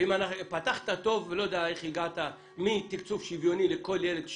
פתחת טוב ולא יודע איך הגעת מתקצוב שוויוני לכל ילד,